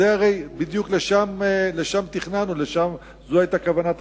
בדיוק לשם תכננו, זו היתה כוונת המחוקק.